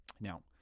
Now